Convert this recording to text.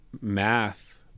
math